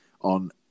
on